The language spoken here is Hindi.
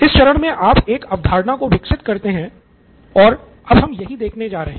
इस चरण में आप एक अवधारणा को विकसित करते हैं और अब हम यही देखने जा रहे हैं